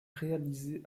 réalisé